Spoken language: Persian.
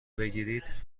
بگیرید